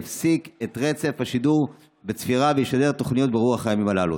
יפסיק את רצף השידור בעת הצפירה וישדר תוכניות ברוח הימים הללו?